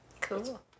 Cool